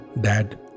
Dad